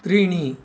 त्रीणि